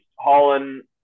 Holland